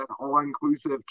all-inclusive